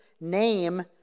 name